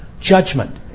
judgment